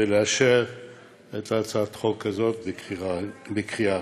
ולאשר את הצעת החוק הזו בקריאה ראשונה.